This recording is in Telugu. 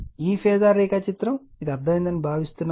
ఈ ఫేజార్ రేఖాచిత్రం ఇది అర్థం అయిందని భావిస్తు న్నాను